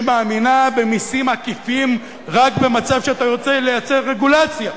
שמאמינה במסים עקיפים רק במצב שאתה רוצה לייצר רגולציה?